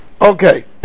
okay